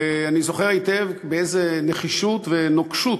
ואני זוכר היטב באיזו נחישות ונוקשות